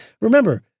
Remember